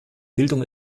bildung